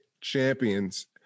champions